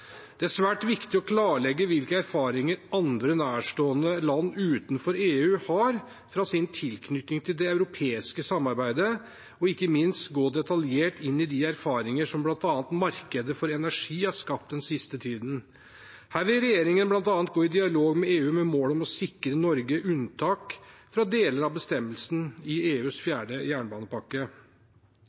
Det er svært viktig å klarlegge hvilke erfaringer andre nærstående land utenfor EU har fra sin tilknytning til det europeiske samarbeidet, og ikke minst gå detaljert inn i de erfaringer som bl.a. markedet for energi har skapt den siste tiden. Her vil regjeringen bl.a. gå i dialog med EU med mål om å sikre Norge unntak fra deler av bestemmelsene i EUs fjerde jernbanepakke.